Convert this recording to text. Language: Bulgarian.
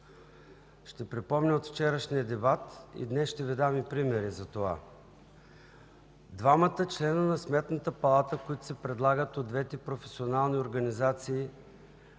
Ще припомня от вчерашния дебат и днес ще Ви дам примери за това – двамата членове на Сметната палата, които се предлагат от двете професионални организации,